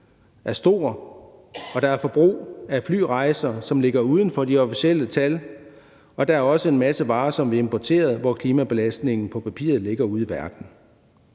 er stor, og der er forbrug af flyrejser, som ligger uden for de officielle tal, og der er også en masse varer, som vi har importeret, hvor klimabelastningen på papiret ligger ude i verden.